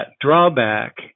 drawback